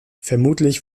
vermutlich